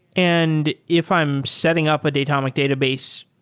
and if i'm setting up a datomic database,